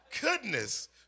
Goodness